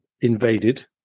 invaded